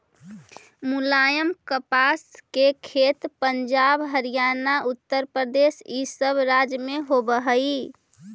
मुलायम कपास के खेत पंजाब, हरियाणा, उत्तरप्रदेश इ सब राज्य में होवे हई